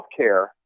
healthcare